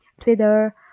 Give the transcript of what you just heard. Twitter